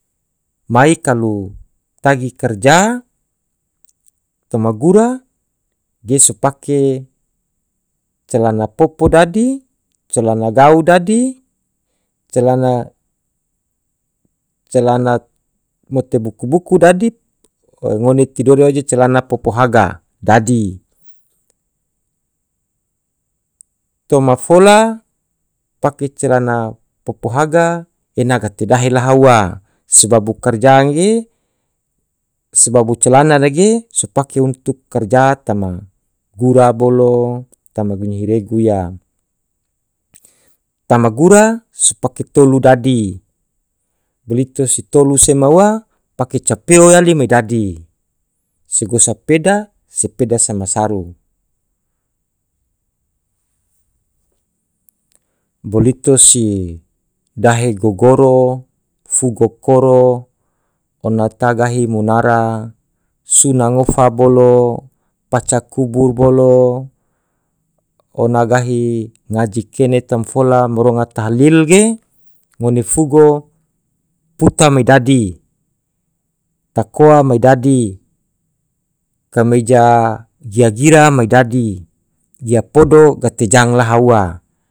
mai kalu tagi karja toma gura ge so pake calana popo dadi, calana gau dadi, calana calana mote buku-buku dadi ngone tidore aje calana popo haga dadi, toma fola pake calana popo haga ena gate dahe laha ua sebab bu karjaang ge sebabu celana nage so pake untuk karja tama gura bolo tama gunyi regu iya tama gura su pake tolu dadi blito si tolu sema ua pake capeo yali me dadi segosa peda sepeda sama sarung bolito si dahe gogoro fugo koro ona tagahi munara suna ngofa bolo paca kubur bolo ona gahi ngaji kene tom fola maronga tahlil ge ngone fugo puta me dadi takoa me dadi kameja jia gira me dadi gia podo gate jang laha ua.